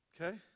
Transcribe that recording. Okay